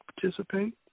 participate